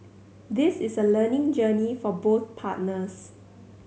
this is a learning journey for both partners